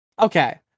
Okay